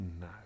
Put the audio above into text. No